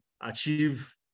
achieve